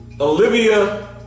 Olivia